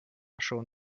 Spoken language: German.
schon